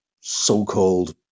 so-called